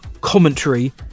commentary